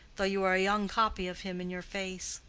though you are a young copy of him in your face.